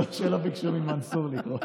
טוב שלא ביקשו ממנסור לקרוא.